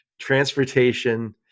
Transportation